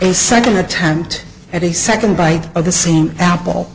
a second attempt at a second bite of the same apple